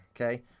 okay